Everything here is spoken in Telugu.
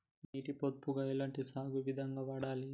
నీటి పొదుపుగా ఎలాంటి సాగు విధంగా ఉండాలి?